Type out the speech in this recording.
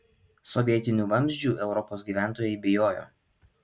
sovietinių vamzdžių europos gyventojai bijojo